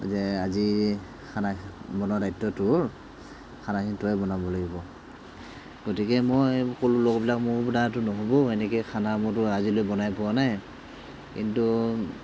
যে আজি খানা বনোৱাৰ দায়িত্ব তোৰ খানাখিনি তয়ে বনাব লাগিব গতিকে মই ক'লোঁ লগৰবিলাকক মোৰ দ্বাৰাটো নহ'ব এনেকৈ খানা মইতো আজিলৈ বনাই পোৱা নাই কিন্তু